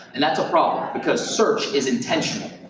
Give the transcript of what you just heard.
and that's a problem because search is intentional.